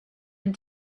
and